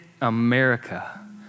America